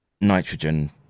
nitrogen